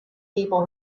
people